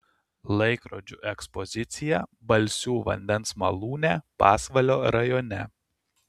laikrodžių ekspozicija balsių vandens malūne pasvalio rajone